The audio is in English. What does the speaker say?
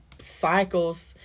cycles